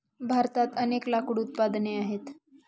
भारतात अनेक लाकूड उत्पादने आहेत